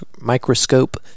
microscope